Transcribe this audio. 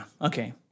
Okay